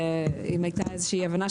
אם הייתה איזושהי אי הבנה,